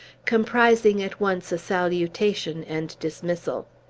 comprising at once a salutation and dismissal.